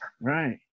Right